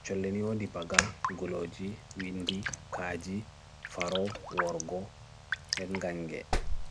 Night-hunting birds waɗi goongu heɓi puccu tawa ngortowo. Ndiyanji yeddi ɓe heɓi laawol giri saare hayre kanko.